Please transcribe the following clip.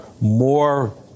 more